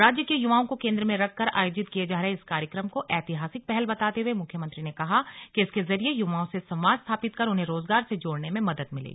राज्य के युवाओं को केन्द्र में रखकर आयोजित किये जा रहे इस कार्यक्रम को ऐतिहासिक पहल बताते हुए मुख्यमंत्री ने कहा कि इसके जरिए युवाओं से संवाद स्थापित कर उन्हें रोजगार से जोड़ने में मदद मिलेगी